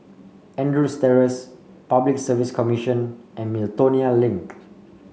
Andrews Terrace Public Service Commission and Miltonia Link